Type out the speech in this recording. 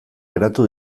geratu